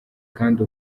kandi